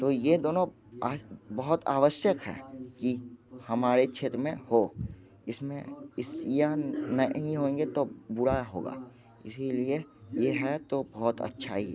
तो ये दोनों बहुत आवश्यक हैं कि हमारे क्षेत्र में हो इस में इस यह नहीं होएंगे तो बुरा होगा इसी लिए ये है तो बहुत अच्छा ही है